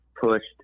pushed